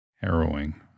Harrowing